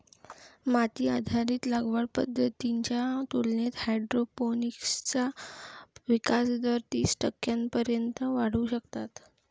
माती आधारित लागवड पद्धतींच्या तुलनेत हायड्रोपोनिक्सचा विकास दर तीस टक्क्यांपर्यंत वाढवू शकतात